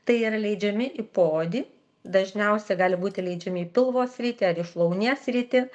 tai yra leidžiami į poodį dažniausia gali būti leidžiami į pilvo sritį ar į šlaunies sritį